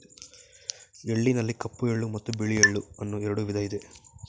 ಎಳ್ಳಿನಲ್ಲಿ ಕಪ್ಪು ಎಳ್ಳು ಮತ್ತು ಬಿಳಿ ಎಳ್ಳು ಅನ್ನೂ ಎರಡು ವಿಧ ಇದೆ